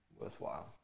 Worthwhile